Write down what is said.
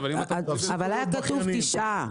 אבל כאן כתוב תשעה.